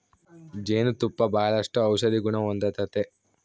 ಜೇನು ತುಪ್ಪ ಬಾಳಷ್ಟು ಔಷದಿಗುಣ ಹೊಂದತತೆ